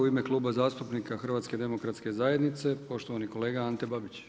U ime Kluba zastupnika HDZ-a poštovani kolega Ante Babić.